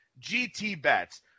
GTBets